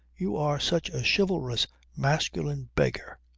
you are such a chivalrous masculine beggar.